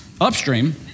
Upstream